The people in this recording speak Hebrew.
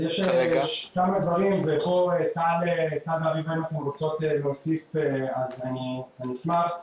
יש כמה דברים וטל ואביבה אם אתן רוצות להוסיף אני אשמח.